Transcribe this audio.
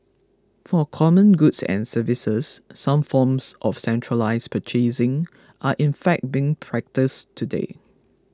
for common goods and services some forms of centralised purchasing are in fact being practised today